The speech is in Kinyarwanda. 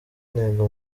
intego